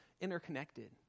interconnected